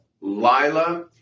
Lila